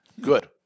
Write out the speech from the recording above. Good